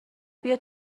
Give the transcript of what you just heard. بیا